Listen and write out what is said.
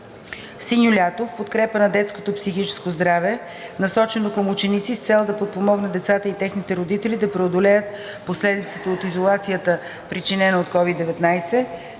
„Синьо лято“ в подкрепа на детското психично здраве, насочена към ученици с цел да подпомогне децата и техните родители да преодолеят последиците от изолацията, причинена от COVID 19;